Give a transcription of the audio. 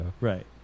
Right